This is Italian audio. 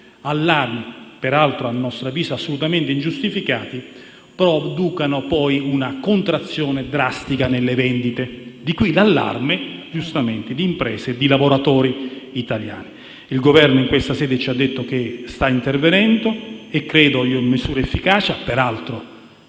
allarme, a nostro avviso assolutamente ingiustificato, produca poi una contrazione drastica nelle vendite. Di qui l'allarme giustificato di imprese e di lavoratori italiani. Il Governo in questa sede ci ha detto che sta intervenendo con misure che ritengo